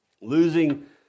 Losing